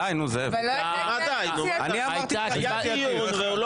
אתה אמרת: הינה,